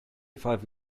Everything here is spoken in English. five